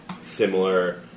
similar